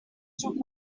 through